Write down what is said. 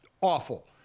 awful